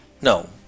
No